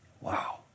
Wow